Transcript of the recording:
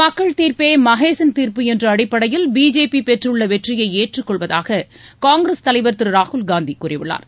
மக்கள் தீர்ப்பே மகேசன் தீர்ப்பு என்ற அடிப்படையில் பிஜேபி பெற்றுள்ள வெற்றியை ஏற்றுக் கொள்வதாக காங்கிரஸ் தலைர் திரு ராகுல்காந்தி கூறியுள்ளார்